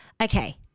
okay